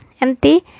empty